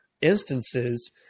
instances